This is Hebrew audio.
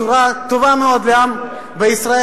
בשורה טובה מאוד לעם בישראל,